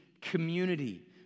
community